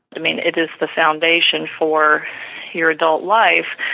i mean it is the foundation for your adult life,